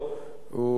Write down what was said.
הוא חש